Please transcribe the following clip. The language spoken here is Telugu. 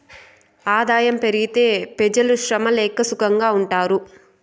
ఆదాయం పెరిగితే పెజలు శ్రమ లేక సుకంగా ఉంటారు